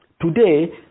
Today